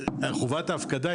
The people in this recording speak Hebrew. חובת ההפקדה,